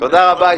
תודה רבה.